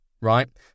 right